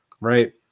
Right